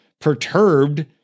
perturbed